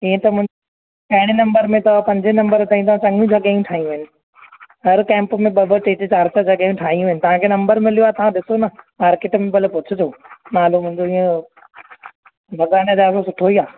ईअं त मूं पहिरें नंबर में अथव पंजे नंबर ताईं चङियूं जॻहि ठाहियूं आहिनि हर कैंप में ॿ ॿ टे टे चारि चारि जॻहियूं ठाहियूं आहिनि तव्हां खे नंबर मिलियो आहे तव्हां ॾिसो ना मार्केट में भले पुछिजो मइलूम ईंदो इहो भॻवानु ॾाढो सुठो ई आहे